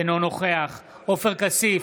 אינו נוכח עופר כסיף,